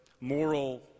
moral